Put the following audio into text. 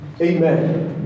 Amen